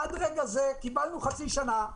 עד רגע זה קיבלנו חצי שנה,